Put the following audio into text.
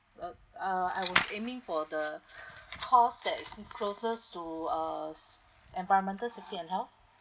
uh uh I was aiming for the course that is closes to uh environmental city and health